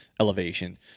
elevation